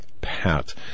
Pat